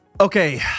Okay